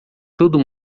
todo